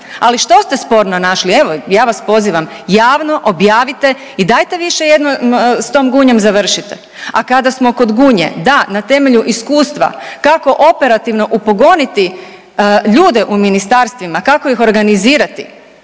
ali što ste sporno našli, evo ja vas pozivam javno objavite i dajte više jednom s tom Gunjom završite. A kada smo kod Gunje, da na temelju iskustva kako operativno upogoniti ljude u ministarstvima, kako ih organizirati,